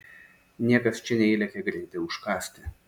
niekas čia neįlekia greitai užkąsti